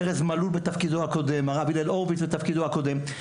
ארז מלול בתפקידו הקודם והרב הורביץ בתפקידו הקודם,